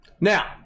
Now